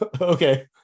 okay